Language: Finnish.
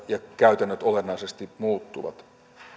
ja käytännöt olennaisesti muuttuvat